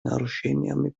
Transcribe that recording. нарушениями